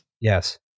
Yes